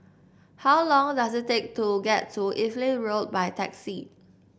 how long does it take to get to Evelyn Road by taxi